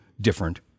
different